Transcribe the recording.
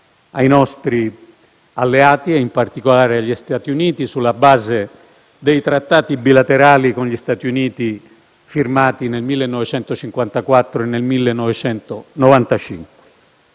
ai nostri alleati e, in particolare, agli Stati Uniti, sulla base dei trattati bilaterali, firmati nel 1954 e nel 1995.